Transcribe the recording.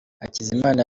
hakizimana